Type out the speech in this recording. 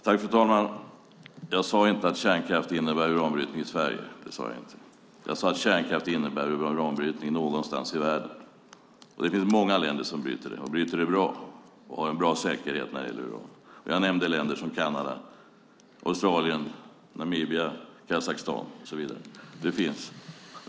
Fru talman! Jag sade inte att kärnkraft innebär uranbrytning i Sverige. Jag sade att kärnkraft innebär uranbrytning någonstans i världen. Det finns många länder som bryter uran med bra säkerhet. Jag nämnde länder som Kanada, Australien, Namibia, Kazakstan och så vidare.